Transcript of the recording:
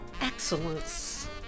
excellence